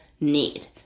need